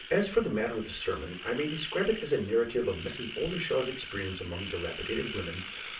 as for the matter of the sermon, i may describe it as a narrative of mrs. oldershaw's experience among dilapidated women,